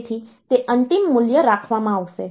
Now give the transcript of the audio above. તેથી તે અંતિમ મૂલ્ય રાખવામાં આવશે